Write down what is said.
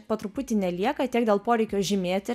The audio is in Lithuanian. po truputį nelieka tiek dėl poreikio žymėti